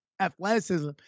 athleticism